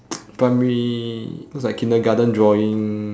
primary looks like kindergarten drawing